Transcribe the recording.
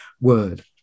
word